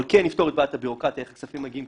אבל כן יפתור את בעיית הבירוקרטיה איך כספים מגיעים,